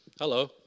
Hello